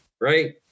Right